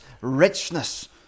richness